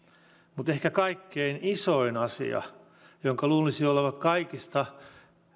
mutta ehkä kaikkein isoin asia tämän luulisi olevan kaikista